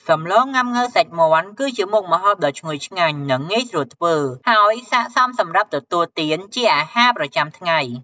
សម្លងុាំង៉ូវសាច់មាន់ គឺជាមុខម្ហូបដ៏ឈ្ងុយឆ្ងាញ់ និងងាយស្រួលធ្វើ ហើយស័ក្តិសមសម្រាប់ទទួលទានជាអាហារប្រចាំថ្ងៃ។